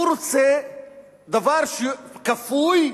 הוא רוצה דבר שהוא כפוי,